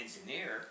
engineer